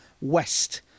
west